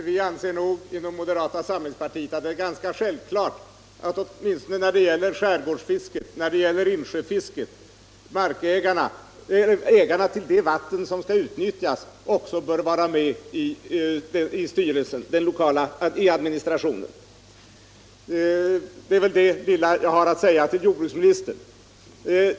Fru talman! Vi inom moderata samlingspartiet anser att det är ganska självklart att — åtminstone när det gäller skärgårdsfisket och insjöfisket — ägarna till de vatten som skall utnyttjas också bör vara med i administrationen. Det var bara detta lilla jag hade att säga till jordbruksministern.